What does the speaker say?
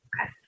Okay